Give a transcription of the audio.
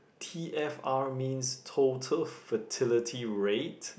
T_F_R means total fertility rate